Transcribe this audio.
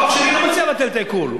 החוק שלי לא מציע לבטל את העיקול,